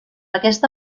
aquesta